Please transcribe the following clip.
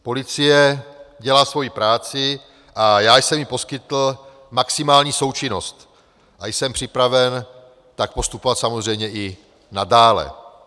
Policie dělá svoji práci a já jsem jí poskytl maximální součinnost a jsem připraven tak postupovat samozřejmě i nadále.